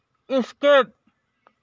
escape